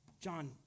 John